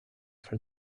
for